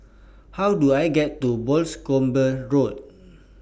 How Do I get to Boscombe Road